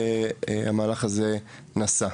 המהלך הזה נשא.